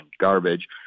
garbage